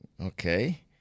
Okay